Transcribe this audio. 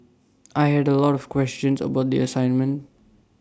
I had A lot of questions about the assignment